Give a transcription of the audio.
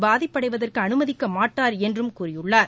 பாதிப்படைவதற்கு அனுமதிக்க மாட்டார் என்றும் கூறியுள்ளார்